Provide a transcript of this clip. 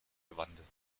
gewandelt